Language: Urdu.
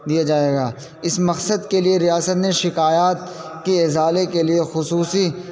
دیا جائے گا اس مقصد کے لیے ریاست نے شکایات کی ازالے کے لیے خصوصی